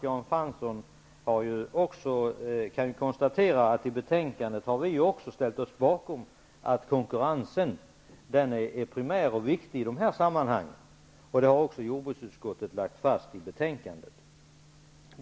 Jan Fransson kan konstatera att vi i betänkandet ställt oss bakom att konkurrensen är primär och viktig i dessa sammanhang. Det har också jordbruksutskottet lagt fast i sitt betänkande.